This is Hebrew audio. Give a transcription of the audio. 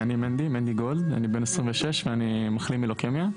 שמי מנדי גולד, אני בן 26 ומחלים מלוקמיה.